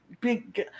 big